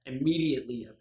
immediately